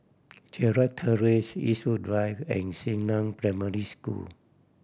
Gerald Terrace Eastwood Drive and Xingnan Primary School